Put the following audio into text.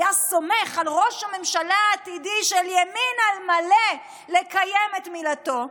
היה סומך על ראש הממשלה העתידי של ימין על מלא לקיים את מילתו,